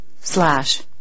slash